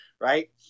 right